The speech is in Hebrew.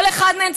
כל אחד מהם,